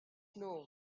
know